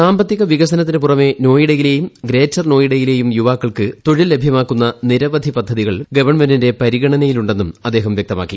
സാമ്പത്തിക വികസനത്തിനു പുറമേ നോയിഡയിലേയും ഗ്രേറ്റർ നോയിഡയിലേയും യുവാക്കൾക്ക് തൊഴിൽ ലഭ്യമാക്കുന്ന നിരവധി പദ്ധതികൾ ഗവൺമെന്റിന്റെ പരിഗണനയിലുണ്ടെന്നും അദ്ദേഹം വ്യക്തമാക്കി